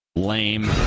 Lame